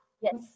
Yes